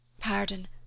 Pardon